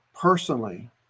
personally